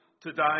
today